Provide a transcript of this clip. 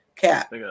cap